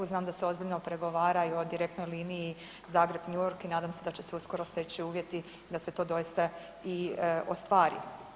Znam da se ozbiljno pregovara i o direktnoj liniji Zagreb – New York i nadam se da će se uskoro steći uvjeti da se to doista i ostvari.